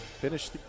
Finish